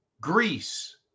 Greece